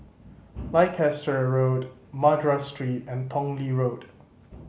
Leicester Road Madras Street and Tong Lee Road